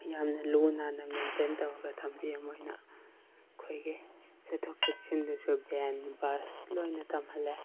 ꯌꯥꯝꯅ ꯂꯨ ꯅꯥꯟꯅ ꯃꯦꯟꯇꯦꯟ ꯇꯧꯔꯒ ꯊꯝꯕꯤꯌꯦ ꯃꯣꯏꯅ ꯑꯩꯈꯣꯏꯒꯤ ꯆꯠꯊꯣꯛ ꯆꯠꯁꯤꯟꯗꯁꯨ ꯚꯦꯟ ꯕꯁ ꯂꯣꯏꯅ ꯊꯝꯍꯜꯂꯦ